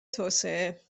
توسعه